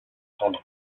tendon